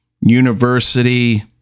university